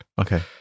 Okay